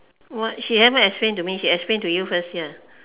what she haven't explain to me she explain to you first here